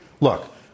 look